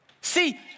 see